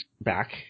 back